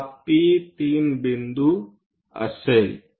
हा P3 बिंदू असेल